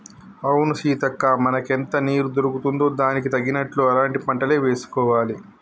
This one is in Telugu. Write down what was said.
అవును సీతక్క మనకెంత నీరు దొరుకుతుందో దానికి తగినట్లు అలాంటి పంటలే వేసుకోవాలి